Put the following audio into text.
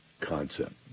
concept